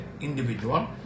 individual